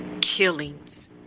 killings